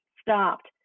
stopped